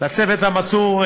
לצוות המסור,